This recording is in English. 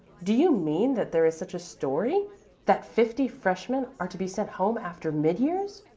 do you mean that there is such a story that fifty freshmen are to be sent home after mid-years?